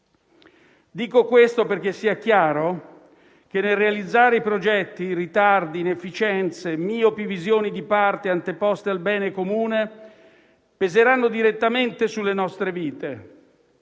Dico questo perché sia chiaro che, nel realizzare i progetti, ritardi, inefficienze e miopi visioni di parte anteposte al bene comune peseranno direttamente sulle nostre vite